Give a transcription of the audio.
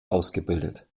ausgebildet